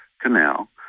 canal